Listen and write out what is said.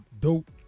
dope